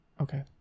okay